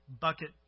bucket